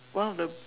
one of the